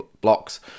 blocks